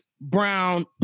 brown